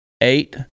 Eight